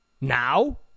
Now